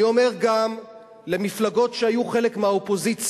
אני אומר גם למפלגות שהיו חלק מהאופוזיציה: